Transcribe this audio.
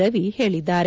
ರವಿ ಹೇಳಿದ್ದಾರೆ